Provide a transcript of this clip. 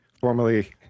Formerly